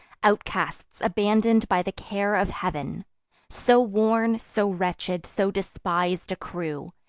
outcasts, abandon'd by the care of heav'n so worn, so wretched, so despis'd a crew,